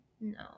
No